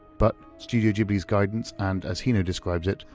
but studio ghibli's guidance and as hino describes it,